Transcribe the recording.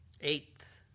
Eighth